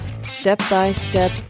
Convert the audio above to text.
step-by-step